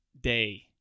day